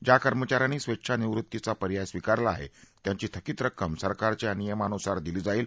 ज्या कर्मचाऱ्यांनी स्वेच्छा निवृत्तीचा पर्याय स्वीकारला आहे त्यांची थकीत रक्कम सरकारच्या नियमानुसार दिली जाईल